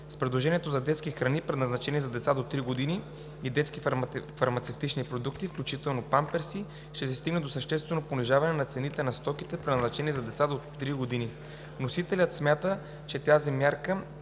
С предложението за детски храни, предназначени за деца до 3 години и детски фармацевтични продукти, включително памперси, ще се стигне до съществено понижаване на цените на стоките, предназначени за деца до 3 години. Вносителят смята, че тази мярка